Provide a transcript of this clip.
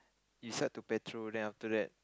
you start to patrol then after that